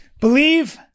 Believe